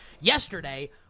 Yesterday